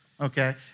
Okay